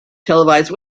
televised